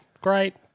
great